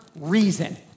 reason